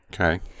Okay